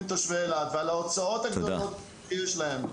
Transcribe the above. תושבי אילת ועל ההוצאות הגדולות שיש להם.